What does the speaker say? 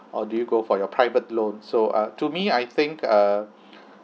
or do you go for your private loan so uh to me I think uh